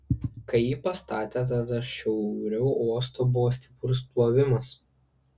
kai jį pastatė tada šiauriau uosto buvo stiprus plovimas